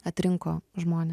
atrinko žmone